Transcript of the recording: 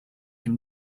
him